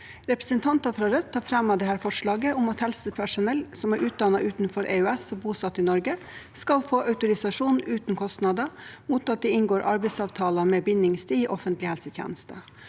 Representanter fra Rødt har fremmet dette forslaget om at helsepersonell som er utdannet utenfor EØS og bosatt i Norge, skal få autorisasjon uten kostnader mot at de inngår arbeidsavtaler med bindingstid i offentlig helsetjeneste.